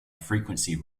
frequency